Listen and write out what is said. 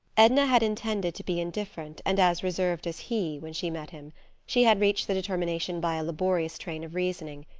edna had intended to be indifferent and as reserved as he when she met him she had reached the determination by a laborious train of reasoning,